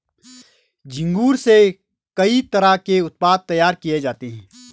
झींगुर से कई तरह के उत्पाद तैयार किये जाते है